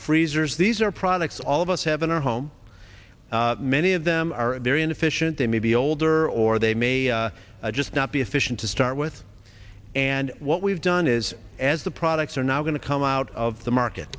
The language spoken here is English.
freezers these are products all of us have in our home many of them are very inefficient they may be older or they may just not be efficient to start with and what we've done is as the products are now going to come out of the market